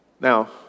Now